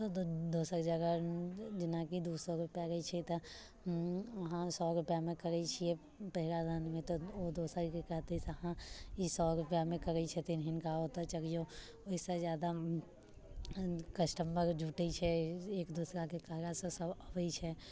तऽ दो दोसर जगह जेनाकि दू सए रुपआ लय छै तऽ वहाँ सए रुपआ मे करैत छियै पहिरादानमे तऽ ओ दोसरके कहतै से हँ ई सए रुपआ मे करैत छथिन हिनका ओतऽ चलियौ ओहिसँ जादा कस्टमर जुटैत छै एक दुसराके कहलासँ सभ अबैत छै